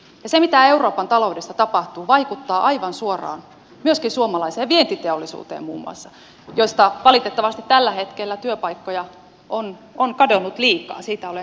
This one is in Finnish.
se mitä euroopan taloudessa tapahtuu vaikuttaa aivan suoraan myöskin muun muassa suomalaiseen vientiteollisuuteen josta valitettavasti tällä hetkellä työpaikkoja on kadonnut liikaa siitä olen samaa mieltä